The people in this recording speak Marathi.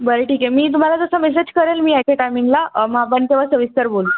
बरं ठीक आहे मी तुम्हाला तसा मेसेज करेल मी याच्या टायमिंगला मग आपण तेव्हा सविस्तर बोलू